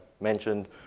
mentioned